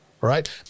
right